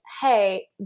hey